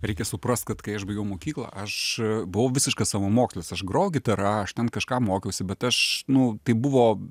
reikia suprast kad kai aš baigiau mokyklą aš buvau visiškas savamokslis aš grojau gitara aš ten kažką mokiausi bet aš nu tai buvo